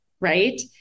right